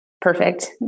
Perfect